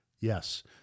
Yes